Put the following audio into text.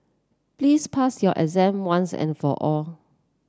please pass your exam once and for all